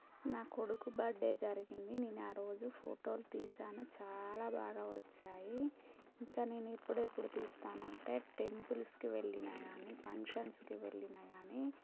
నా కొడుకు బడ్డే జరిగింది నేను ఆ రోజు ఫోటోలు తీశాను చాలా బాగా వచ్చాయి ఇంకా నేను ఎప్పుడెప్పుడు తీస్తానంటే టెంపుల్స్కి వెళ్ళినా గానీ ఫంక్షన్స్కి వెళ్ళినా గానీ